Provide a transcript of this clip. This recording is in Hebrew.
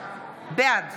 בעד